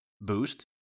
Boost